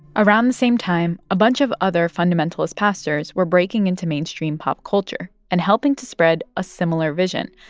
around the same time, a bunch of other fundamentalist pastors were breaking into mainstream pop culture and helping to spread a similar vision,